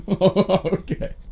Okay